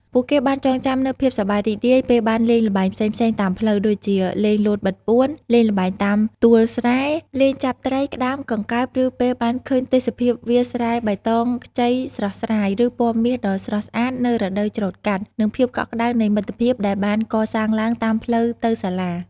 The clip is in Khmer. ពួកគេបានចងចាំនូវភាពសប្បាយរីករាយពេលបានលេងល្បែងផ្សេងៗតាមផ្លូវ ដូចជាលេងលោតបិទពួន លេងល្បែងតាមទួលស្រែ លេងចាប់ត្រី ក្តាម កង្កែប ឬពេលបានឃើញទេសភាពវាលស្រែបៃតងខ្ចីស្រស់ស្រាយ ឬពណ៌មាសដ៏ស្រស់ស្អាតនៅរដូវច្រូតកាត់ និងភាពកក់ក្តៅនៃមិត្តភាពដែលបានកសាងឡើងតាមផ្លូវទៅសាលា។